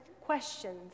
questions